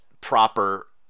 proper